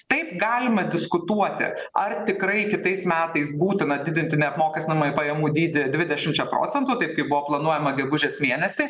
taip galima diskutuoti ar tikrai kitais metais būtina didinti neapmokestinamąjį pajamų dydį dvidešimčia procentų taip kaip buvo planuojama gegužės mėnesį